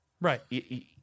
Right